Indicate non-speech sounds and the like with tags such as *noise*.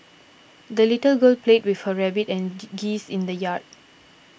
the little girl played with her rabbit and *unintelligible* geese in the yard